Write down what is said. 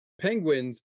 Penguins